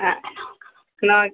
ആ നോക്കാം